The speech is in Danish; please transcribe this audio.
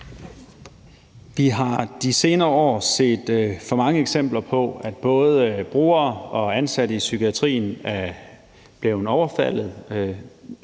Vi har i de senere år set for mange eksempler på, at både brugere og ansatte i psykiatrien er blevet overfaldet,